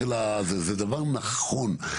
זה דבר נכון.